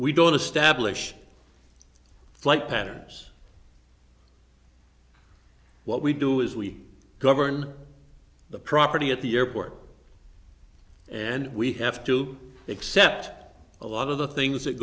establish flight patterns what we do is we govern the property at the airport and we have to accept a lot of the things that